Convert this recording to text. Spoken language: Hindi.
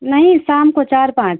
नहीं शाम को चार पाँच